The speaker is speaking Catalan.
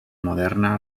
moderna